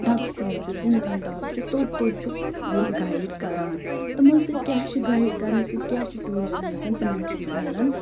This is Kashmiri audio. ڈَکسُم چھُ سِنتھَن ٹاپ چھُ توٚت توٚت چھِ یِم گایِڈ کَران تِمَو سۭتۍ کیٛاہ چھُ گایِڈ کَرنہٕ سۭتۍ کیٛاہ چھُ ٹیٛوٗرِسٹَن گژھان تِمَن چھِ میلان